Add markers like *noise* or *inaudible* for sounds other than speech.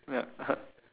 yeah *laughs*